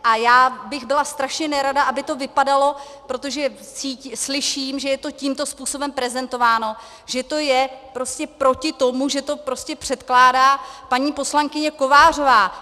A já bych byla strašně nerada, aby to vypadalo, protože slyším, že je to tímto způsobem prezentováno, že to je prostě proti tomu, že to prostě předkládá paní poslankyně Kovářová.